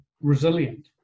resilient